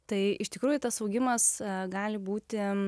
tai iš tikrųjų tas augimas gali būti